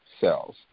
cells